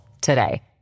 today